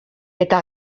eta